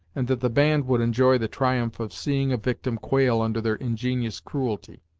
and that the band would enjoy the triumph of seeing a victim quail under their ingenious cruelty.